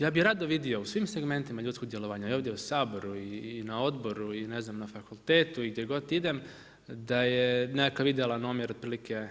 Ja bih rado vidio u svim segmentima ljudskog djelovanja i ovdje u Saboru i na odboru i ne znam na fakultetu i gdje god idem da je nekakav idealan omjer otprilike